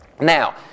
now